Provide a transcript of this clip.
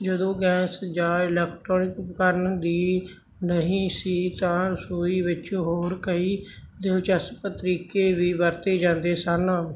ਜਦੋਂ ਗੈਸ ਜਾਂ ਇਲੈਕਟ੍ਰੋਨਿਕ ਉਪਕਰਨ ਵੀ ਨਹੀਂ ਸੀ ਤਾਂ ਰਸੋਈ ਵਿੱਚ ਹੋਰ ਕਈ ਦਿਲਚਸਪ ਤਰੀਕੇ ਵੀ ਵਰਤੇ ਜਾਂਦੇ ਸਨ